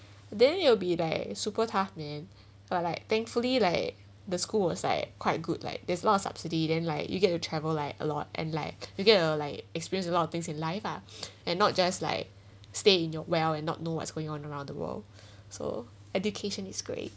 then you will be like super tough man or like thankfully like the school was like quite good like there's a lot of subsidy then like you get to travel a lot and like you get uh like experience a lot of things in life uh and not just like stay in your well and not know what's going on around the world so education is great